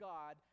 God